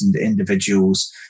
individuals